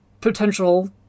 potential